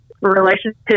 relationship